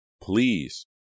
Please